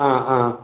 आ आ